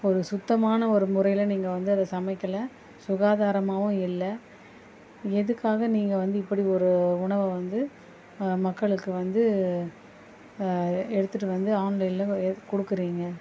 ஒரு சுத்தமான ஒரு முறையில நீங்கள் வந்து அதை சமைக்கல சுகாதாரமாகவும் இல்லை எதுக்காக நீங்கள் வந்து இப்படி ஒரு உணவை வந்து மக்களுக்கு வந்து எடுத்துகிட்டு வந்து ஆன்லைன்ல கொடுக்குறீங்க